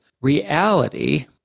reality